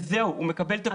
וזהו הוא מקבל את הפיצוי.